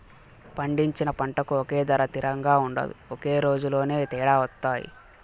పండించిన పంటకు ఒకే ధర తిరంగా ఉండదు ఒక రోజులోనే తేడా వత్తాయి